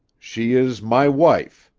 she is my wife,